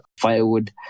firewood